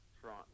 front